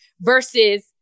versus